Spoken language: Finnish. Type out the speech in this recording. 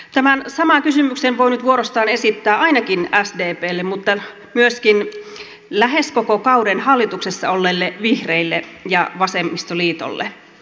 tämän saman kysymyksen voi nyt vuorostaan esittää ainakin sdplle mutta myöskin lähes koko kauden hallituksessa olleille vihreille ja vasemmistoliitolle